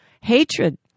Hatred